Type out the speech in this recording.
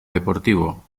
deportivo